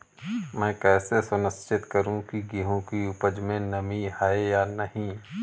मैं कैसे सुनिश्चित करूँ की गेहूँ की उपज में नमी है या नहीं?